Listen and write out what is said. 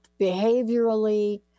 behaviorally